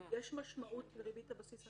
יש משמעות לריבית הבסיס.